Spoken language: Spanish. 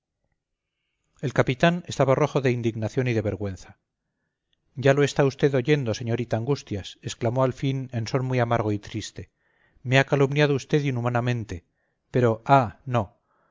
el capitán estaba rojo de indignación y de vergüenza ya lo está usted oyendo señorita angustias exclamó al fin en son muy amargo y triste me ha calumniado usted inhumanamente pero ah no